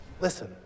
Listen